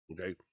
Okay